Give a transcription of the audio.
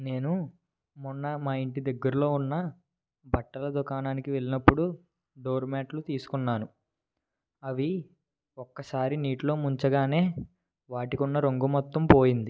నేను మొన్న మా ఇంటి దగ్గరలో ఉన్న బట్టల దుకాణానికి వెళ్ళినప్పుడు డోర్ మ్యాట్లు తీసుకున్నాను అవి ఒక్కసారి నీటిలో ముంచగానే వాటికున్న రంగు మొత్తం పోయింది